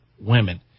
women